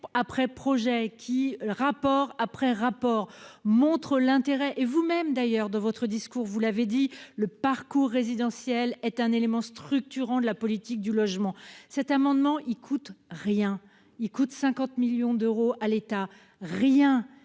après projet qui, rapport après rapport, montre l'intérêt et vous-même d'ailleurs de votre discours, vous l'avez dit le parcours résidentiel est un élément structurant de la politique du logement, cet amendement, il coûte rien, il coûte 50 millions d'euros à l'État, rien,